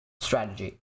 strategy